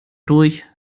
durch